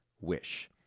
Wish